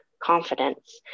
Confidence